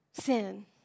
sin